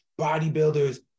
bodybuilders